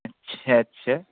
اچھا اچھا